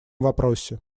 вопросе